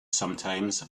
sometimes